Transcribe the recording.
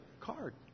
card